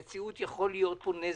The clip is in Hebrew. במציאות יכול להיות פה נזק.